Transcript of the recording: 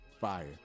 fire